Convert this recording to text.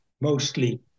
mostly